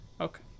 okay